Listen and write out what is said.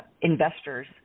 investors